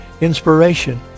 inspiration